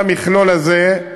כל המכלול הזה,